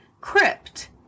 crypt